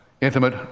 intimate